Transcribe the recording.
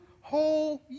whole